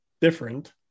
different